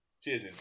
cheers